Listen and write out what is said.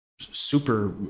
super